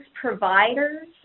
providers